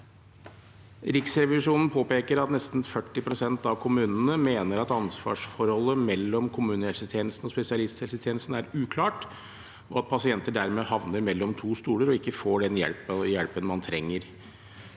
Riksrevisjonen påpeker at nesten 40 pst. av kommunene mener at ansvarsforholdet mellom kommunehelsetjenesten og spesialisthelsetjenesten er uklart, og at pasienter dermed havner mellom to stoler og ikke får den hjelpen de trenger.